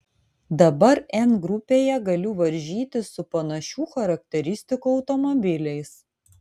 dabar n grupėje galiu varžytis su panašių charakteristikų automobiliais